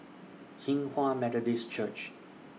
Hinghwa Methodist Church